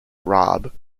robb